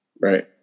right